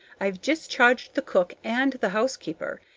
i've discharged the cook and the housekeeper,